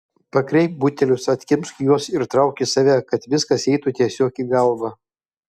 pakreipk butelius atkimšk juos ir trauk į save kad viskas eitų tiesiog į galvą